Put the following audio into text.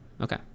Okay